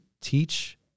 teach